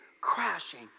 crashing